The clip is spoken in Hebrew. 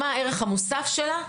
מה הערך המוסף שלה?